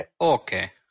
Okay